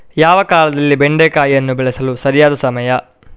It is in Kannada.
ಯಾವ ಕಾಲದಲ್ಲಿ ಬೆಂಡೆಕಾಯಿಯನ್ನು ಬೆಳೆಸಲು ಸರಿಯಾದ ಸಮಯ?